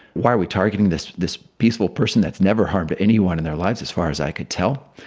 why are we targeting this this peaceful person that's never harmed anyone in their lives? as far as i could tell,